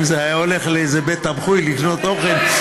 אם זה היה הולך לאיזה בית תמחוי לקנות אוכל,